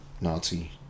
Nazi